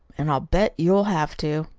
and i'll bet you'll have to,